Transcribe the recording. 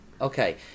Okay